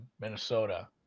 Minnesota